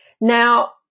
Now